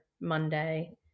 Monday